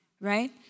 right